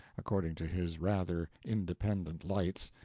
according to his rather independent lights,